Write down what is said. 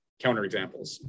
counterexamples